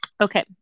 okay